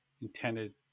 intended